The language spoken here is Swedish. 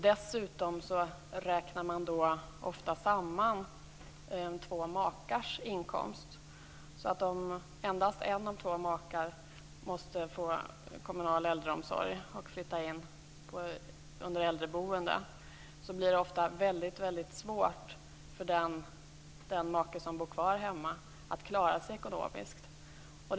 Dessutom räknar man ofta samman två makars inkomst, så att om endast en av två makar måste få kommunal äldreomsorg och flytta till äldreboende blir det ofta väldigt svårt för den som bor kvar hemma att klara sig ekonomiskt.